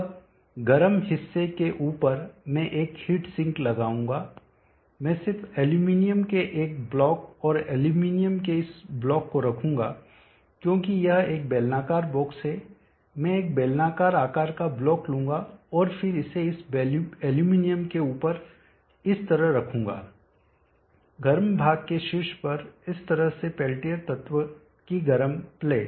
अब गर्म हिस्से के ऊपर मैं एक हीट सिंक लगाऊंगा मैं सिर्फ एल्यूमीनियम के एक ब्लॉक और एल्यूमीनियम के इस ब्लॉक को रखूँगा क्योंकि यह एक बेलनाकार बॉक्स है मैं एक बेलनाकार आकार का ब्लॉक लूंगा और फिर इसे इस एल्यूमीनियम के ऊपर इस तरह रखूँगा गर्म भाग के शीर्ष पर इस तरह से पेल्टियर तत्व की गर्म प्लेट